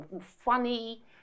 funny